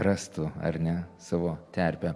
rastų ar ne savo terpę